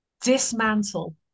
dismantle